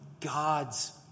God's